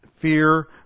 Fear